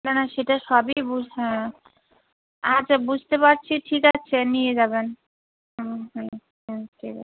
না না সেটা সবই হ্যাঁ আচ্ছা বুঝতে পারছি ঠিক আছে নিয়ে যাবেন হুম হুম হুম ঠিক